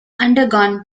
undergone